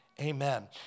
amen